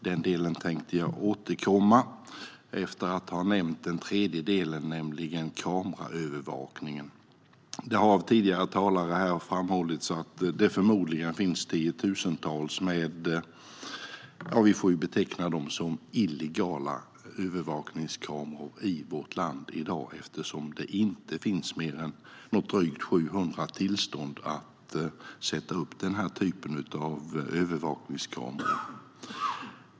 Den delen tänkte jag återkomma till efter att ha nämnt den tredje delen, nämligen kameraövervakningen. Det har av tidigare talare här framhållits att det förmodligen finns tiotusentals övervakningskameror - vi får väl beteckna dem som illegala - i vårt land i dag, för det finns inte mer än drygt 700 tillstånd för att sätta upp denna typ av övervakningskameror.